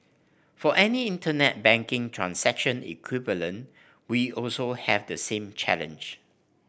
for any internet banking transaction equivalent we also have the same challenge